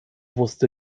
wusste